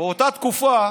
באותה תקופה